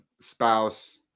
spouse